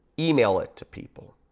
email it to people,